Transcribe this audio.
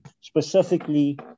specifically